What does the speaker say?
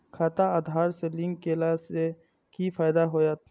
खाता आधार से लिंक केला से कि फायदा होयत?